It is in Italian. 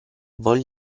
dio